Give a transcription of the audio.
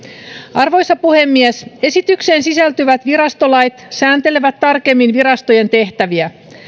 arvoisa puhemies esitykseen sisältyvät virastolait sääntelevät tarkemmin virastojen tehtäviä